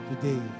today